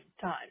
time